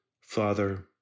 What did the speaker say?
Father